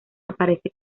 aparece